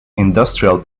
industrial